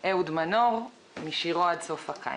// אהוד מנור, משירו "עד סוף הקיץ".